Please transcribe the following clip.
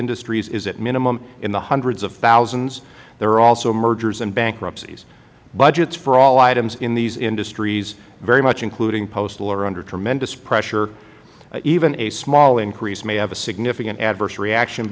industries is at minimum in the hundreds of thousands there are also mergers and bankruptcies budgets for all items in these industries very much including postal are under tremendous pressure even a small increase may have a significant adverse reaction